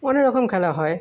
অনেকরকম খেলা হয়